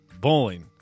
Bowling